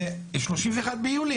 ב- 31 ביולי.